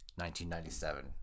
1997